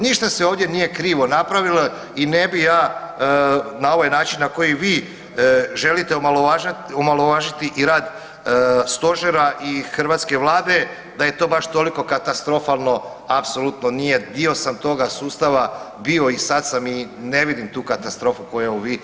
Ništa se ovdje nije krivo napravilo i ne bi ja na ovaj način na koji vi želite omalovažiti i rad stožera i hrvatske vlade da je to baš toliko katastrofalno, apsolutno nije, dio sam toga sustava i sad sam i ne vidim tu katastrofu koju vi pokušavate izazvati.